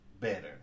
better